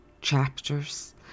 chapters